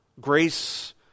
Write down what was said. Grace